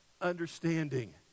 understanding